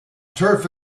turf